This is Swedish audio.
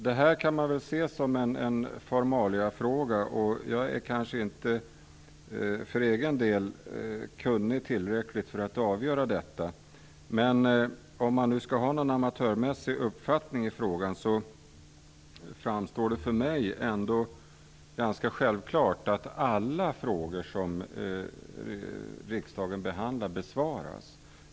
Detta kan man se som en formaliafråga, och jag är kanske inte för egen del tillräckligt kunnig för att kunna avgöra detta. Men om man skall ha någon amatörmässig uppfattning i frågan framstår det ändå för mig som ganska självklart att alla frågor som riksdagen behandlar också besvaras.